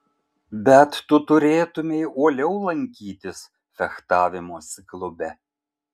bet tu turėtumei uoliau lankytis fechtavimosi klube